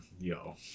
Yo